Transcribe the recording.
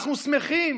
אנחנו שמחים,